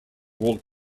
walked